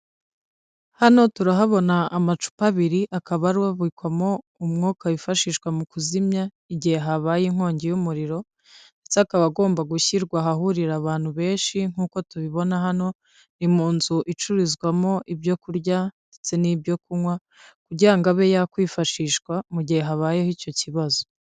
Hano turahabona amacupa abiri akaba arimo umwuka wifashishwa mu kuzimya igihe habaye inkongi y'umuriro, ndetse akaba agomba gushyirwa ahahurira abantu benshi, nkuko tubibona hano ari ni mu nzu icururizwamo ibyo kurya, ndetse n'ibyo kunywa kugira abe yakwifashishwa mu gihe habayeho icyo kibazo.